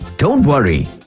don't worry,